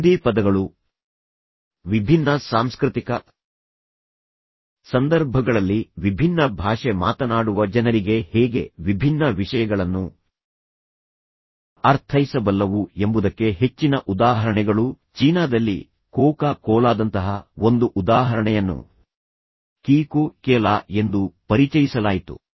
ಒಂದೇ ಪದಗಳು ವಿಭಿನ್ನ ಸಾಂಸ್ಕೃತಿಕ ಸಂದರ್ಭಗಳಲ್ಲಿ ವಿಭಿನ್ನ ಭಾಷೆ ಮಾತನಾಡುವ ಜನರಿಗೆ ಹೇಗೆ ವಿಭಿನ್ನ ವಿಷಯಗಳನ್ನು ಅರ್ಥೈಸಬಲ್ಲವು ಎಂಬುದಕ್ಕೆ ಹೆಚ್ಚಿನ ಉದಾಹರಣೆಗಳು ಚೀನಾದಲ್ಲಿ ಕೋಕಾ ಕೋಲಾದಂತಹ ಒಂದು ಉದಾಹರಣೆಯನ್ನು ಕೀಕೋ ಕೇಲಾ ಎಂದು ಪರಿಚಯಿಸಲಾಯಿತು